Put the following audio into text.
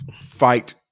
fight